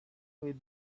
with